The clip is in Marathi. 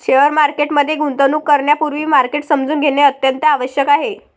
शेअर मार्केट मध्ये गुंतवणूक करण्यापूर्वी मार्केट समजून घेणे अत्यंत आवश्यक आहे